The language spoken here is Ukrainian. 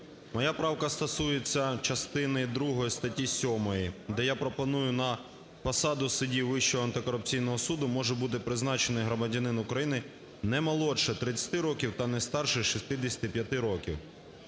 Моя правка стосується частини другої статті 7, де я пропоную: "На посаду судді Вищого антикорупційного суду може бути призначений громадянин України не молодший 30 років та не старший 65 років".